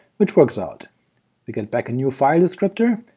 which works out we get back a new file descriptor,